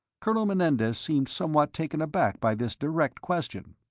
colonel menendez seemed somewhat taken aback by this direct question.